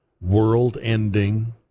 world-ending